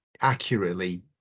accurately